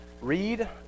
read